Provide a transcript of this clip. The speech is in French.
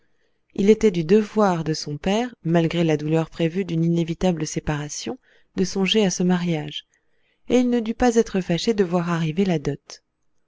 il était du devoir de son père malgré la douleur prévue d'une inévitable séparation de songer à ce mariage et il ne dut pas être fâché de voir arriver la dot